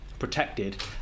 protected